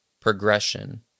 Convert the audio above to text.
progression